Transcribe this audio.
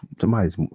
Somebody's